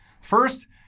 First